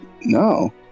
no